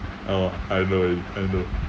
oh I know already I know